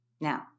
Now